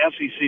SEC